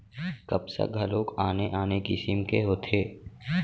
कपसा घलोक आने आने किसिम के होथे